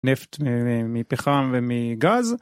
נפט מפחם ומגז